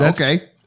okay